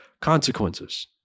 consequences